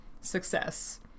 success